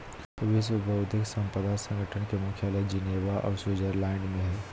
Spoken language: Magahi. विश्व बौद्धिक संपदा संगठन के मुख्यालय जिनेवा औरो स्विटजरलैंड में हइ